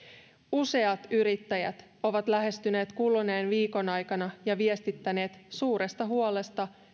useat yrittäjät ovat lähestyneet kuluneen viikon aikana ja viestittäneet suuresta huolesta